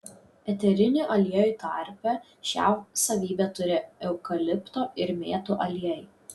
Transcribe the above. eterinių aliejų tarpe šią savybę turi eukalipto ir mėtų aliejai